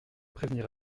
prévenir